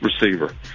receiver